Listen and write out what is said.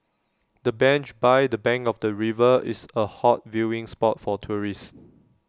the bench by the bank of the river is A hot viewing spot for tourists